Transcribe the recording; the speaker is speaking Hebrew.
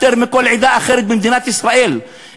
יותר מכל עדה אחרת במדינת ישראל.